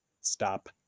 Stop